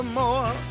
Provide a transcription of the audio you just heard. more